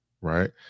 right